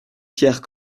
pierre